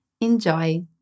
Enjoy